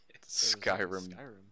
Skyrim